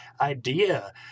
idea